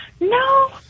no